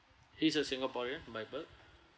he's a singaporean by birth